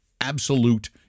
absolute